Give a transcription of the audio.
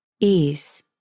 ease